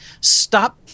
stop